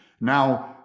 Now